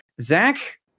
Zach